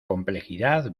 complejidad